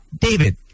David